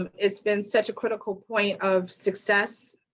it's been such a critical point of so access,